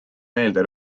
meelde